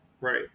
Right